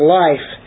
life